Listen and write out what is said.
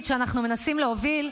המרכזית שאנחנו מנסים להוביל,